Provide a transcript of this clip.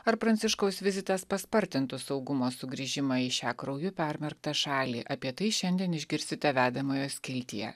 ar pranciškaus vizitas paspartintų saugumo sugrįžimą į šią krauju permerktą šalį apie tai šiandien išgirsite vedamojo skiltyje